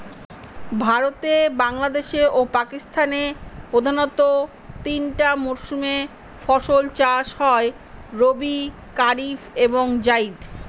ভারতে বাংলাদেশে ও পাকিস্তানে প্রধানত তিনটা মরসুমে ফাসল চাষ হয় রবি কারিফ এবং জাইদ